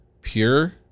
pure